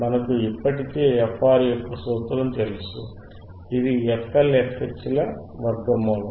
మనకు ఇప్పటి కే fR యొక్క సూత్రము తెలుసు ఇది fLfH ల వర్గమూలం